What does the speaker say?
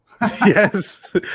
yes